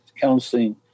counseling